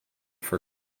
for